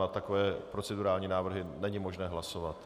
A takové procedurální návrhy není možné hlasovat.